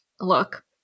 look